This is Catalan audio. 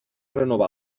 renovar